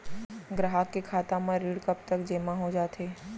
ग्राहक के खाता म ऋण कब तक जेमा हो जाथे?